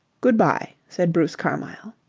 good-bye, said bruce carmyle.